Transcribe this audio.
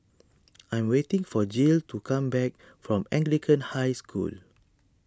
I am waiting for Jill to come back from Anglican High School